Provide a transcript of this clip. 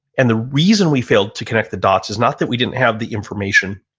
and the reason we failed to connect the dots is not that we didn't have the information,